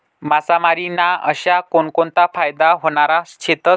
मासामारी ना अशा कोनकोनता फायदा व्हनारा शेतस?